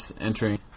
entering